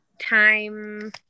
time